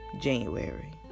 January